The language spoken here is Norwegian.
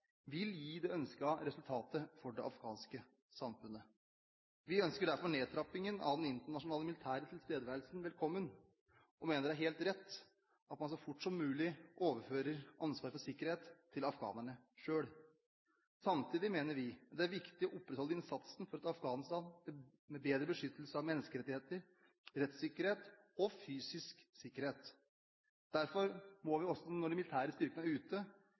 vil gi det ønskede resultatet for det afghanske samfunnet. Vi ønsker derfor nedtrappingen av den internasjonale militære tilstedeværelsen velkommen og mener det er helt rett at man så fort som mulig overfører ansvaret for sikkerhet til afghanerne selv. Samtidig mener vi det er viktig å opprettholde innsatsen for et Afghanistan med bedre beskyttelse av menneskerettigheter, rettssikkerhet og fysisk sikkerhet. Derfor må vi også, når de militære styrkene er ute,